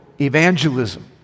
evangelism